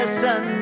sun